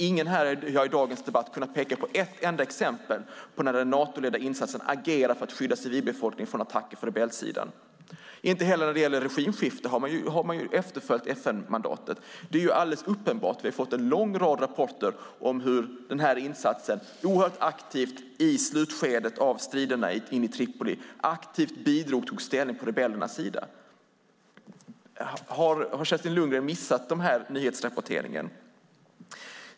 Ingen har i dagens debatt här kunnat peka på ett enda exempel på när den Natoledda insatsen agerat för att skydda civilbefolkningen från attacker från rebellsidan. Inte heller när det gäller detta med regimskifte har man efterföljt FN-mandatet; det är alldeles uppenbart. Vi har fått en lång rad rapporter om hur man i den här insatsen oerhört aktivt i slutskedet av striderna inne i Tripoli bidrog och tog ställning på rebellernas sida. Har Kerstin Lundgren missat den nyhetsrapporteringen?